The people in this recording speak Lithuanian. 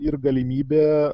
ir galimybė